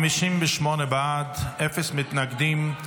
בעד, אין מתנגדים.